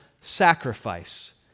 sacrifice